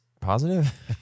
positive